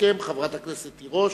תסכם חברת הכנסת תירוש,